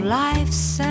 life's